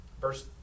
Verse